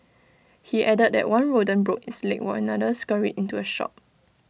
he added that one rodent broke its leg while another scurried into A shop